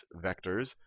vectors